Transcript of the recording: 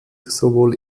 sowohl